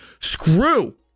Screw